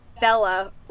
Bella